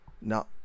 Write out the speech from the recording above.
Now